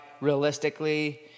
realistically